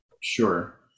Sure